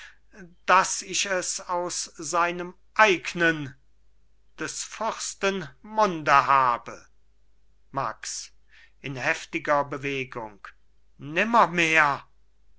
daß ich es aus seinem eignen des fürsten munde habe max in heftiger bewegung